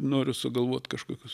noriu sugalvot kažkokius